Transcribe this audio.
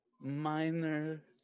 minor